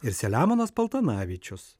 ir selemonas paltanavičius